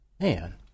man